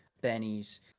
Benny's